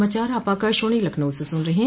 यह समाचार आप आकाशवाणी लखनऊ से सुन रहे हैं